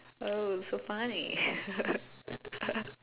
oh so funny